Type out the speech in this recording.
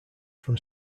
from